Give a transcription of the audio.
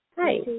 Hi